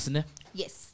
Yes